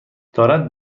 دارد